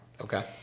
Okay